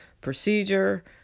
procedure